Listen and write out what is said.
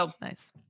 Nice